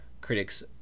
critics